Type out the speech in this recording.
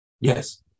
Yes